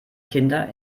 kinder